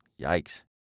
Yikes